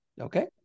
okay